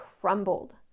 crumbled